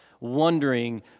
wondering